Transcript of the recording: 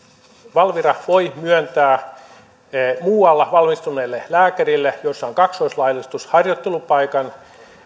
valvira voi myöntää muualla valmistuneelle lääkärille missä on kaksoislaillistus harjoittelupaikan